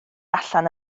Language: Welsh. allan